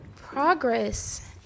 Progress